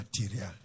material